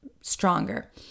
stronger